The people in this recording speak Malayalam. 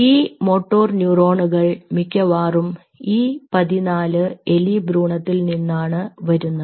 ഈ മോട്ടോർ ന്യൂറോണുകൾ മിക്കവാറും E14 എലി ഭ്രൂണത്തിൽ നിന്നാണ് വരുന്നത്